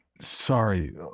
Sorry